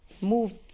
moved